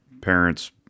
parents